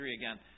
again